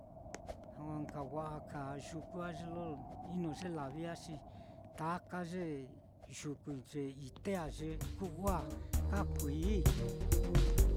Na nka wa'a ka yuku á, ye lo ino ye lavi á, xi taka ye-yuku á, ite á kaa kuí.